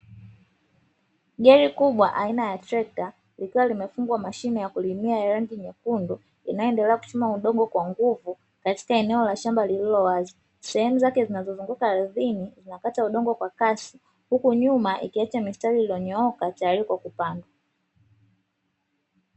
Gari kubwa aina ya trekta likiwa limefungwa mashine ya kulimia ya rangi nyekundu inayoendelea kuchuma udongo kwa nguvu katika eneo la shamba lililo wazi. Sehemu zake zinazozunguka ardhini zinakata udongo kwa kasi, huku nyuma ikiacha mistari iliyonyooka tayari kwa kupandwa.